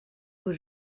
aux